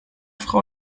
frau